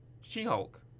She-Hulk